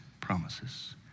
promises